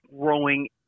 growing